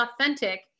authentic